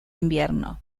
invierno